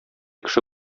кеше